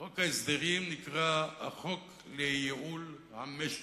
חוק ההסדרים נקרא החוק לייעול המשק.